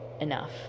enough